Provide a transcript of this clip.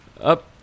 Up